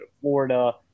Florida